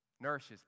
Nourishes